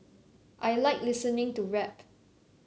I like listening to rap